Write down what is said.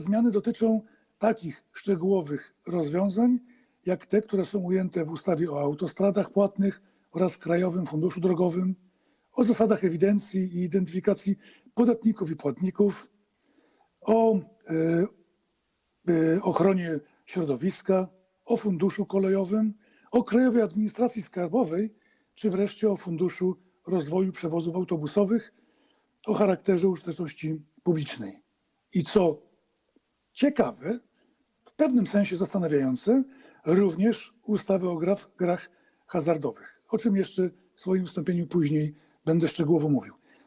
Zmiany dotyczą także takich szczegółowych rozwiązań, jak te, które są ujęte w ustawach: o autostradach płatnych oraz Krajowym Funduszu Drogowym, o zasadach ewidencji i identyfikacji podatników i płatników, o ochronie środowiska, o Funduszu Kolejowym, o Krajowej Administracji Skarbowej czy wreszcie o Funduszu rozwoju przewozów autobusowych o charakterze użyteczności publicznej i - co ciekawe i w pewnym sensie zastanawiające - również ustawie o grach hazardowych, o czym jeszcze w swoim wystąpieniu później będę szczegółowo mówił.